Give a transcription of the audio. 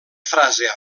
frase